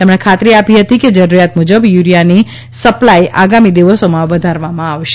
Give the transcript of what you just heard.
તેમણે ખાતરી આપી હતી કે જરૂરિયાત મુજબ યુરિયાની સપ્લાય આગામી દિવસોમાં વધારવામાં આવશે